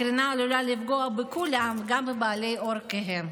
הקרינה עלולה לפגוע בכולם, גם בבעלי עור כהה.